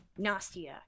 Nastia